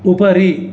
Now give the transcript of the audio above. उपरि